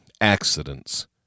accidents